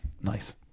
Nice